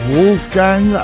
Wolfgang